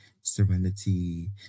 serenity